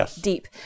deep